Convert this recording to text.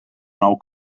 nou